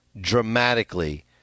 dramatically